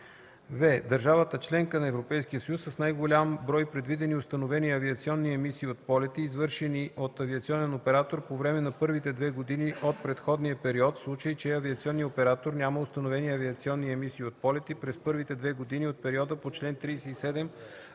в) държавата – членка на Европейския съюз с най-голям брой предвидени установени авиационни емисии от полети, извършени от авиационен оператор по време на първите две години от предходния период – в случай че авиационният оператор няма установени авиационни емисии от полети през първите две години от периода по чл. 37,